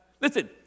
Listen